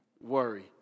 Worry